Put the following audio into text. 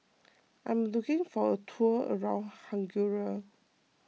I am looking for a tour around Hungary